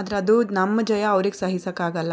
ಅದ್ರದ್ದು ನಮ್ಮ ಜಯ ಅವರಿಗೆ ಸಹಿಸೋಕೆ ಆಗೋಲ್ಲ